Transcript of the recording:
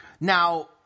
Now